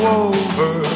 over